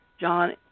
John